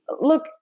look